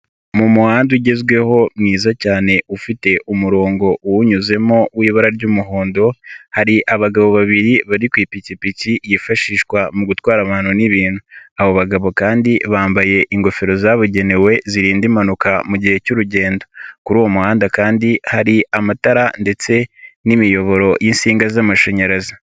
Mu muhanda ugezweho mwiza cyane ufite umurongo uwunyuzemo w'ibara ry'umuhondo hari abagabo babiri bari ku ipikipiki yifashishwa mu gutwara abantu n'ibintu abo bagabo kandi bambaye ingofero zabugenewe zirinda impanuka mu gihe cy'urugendo kuri uwo muhanda kandi hari amatara ndetse n'imiyoboro y'insinga z'amashanyarazi.